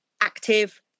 active